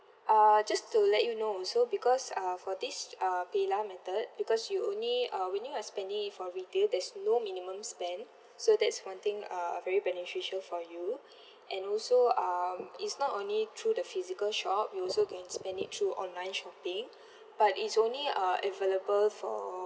uh just to let you know so because uh for this uh PayLah method because you only uh when you are spending it for retail there's no minimum spend so that's one thing uh very beneficial for you and also um it's not only through the physical shop you also can spend it through online shopping but it's only uh available for